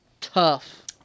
tough